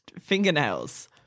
fingernails